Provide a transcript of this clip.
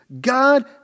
God